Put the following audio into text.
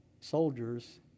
soldiers